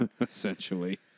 Essentially